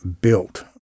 built